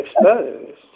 exposed